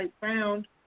found